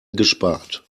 gespart